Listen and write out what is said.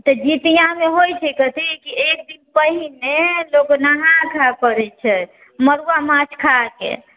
तऽ जितिआमे होइ छै कथी कि एकदिन पहिने लोक नहा खा करै छै मड़ुआ माछ खाकऽ